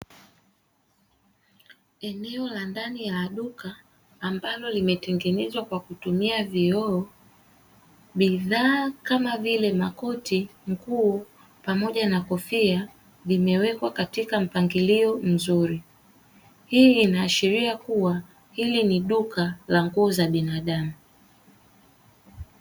Eneo la ndani ya duka, ambalo limetengenezwa kwa kutumia vioo. Bidhaa kama vile; makoti, nguo pamoja na kofia vimewekwa katika mpangilio mzuri. Hii inaashiria kuwa hili ni duka la nguo za binadamu.